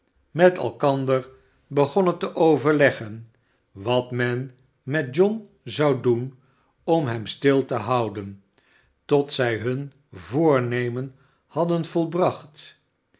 met elkander begonnen te overleggen wat men met john zou doen om hem stil te houden tot zij hun voornemen hadden volbracht